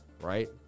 right